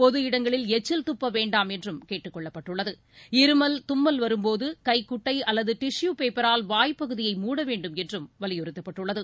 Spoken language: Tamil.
பொது இடங்களில் எச்சில் துப்ப வேண்டாம் என்றும் கேட்டுக் கொள்ளப்பட்டுள்ளது இருமல் தும்மல் வரும்போது கைகுட்டை அல்லது டிஷு பேப்பரால் வாய் பகுதியை மூட வேண்டும் என்றும் வலியுறுத்தப்பட்டுள்ளது